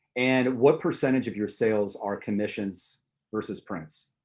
and what percentage of your sales are commissions versus prints?